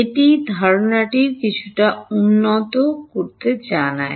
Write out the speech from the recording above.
এটি ধারণাটি কিছুটা উন্নত করে জানায়